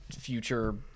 future